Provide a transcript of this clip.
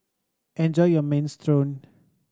enjoy your Minestrone